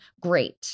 great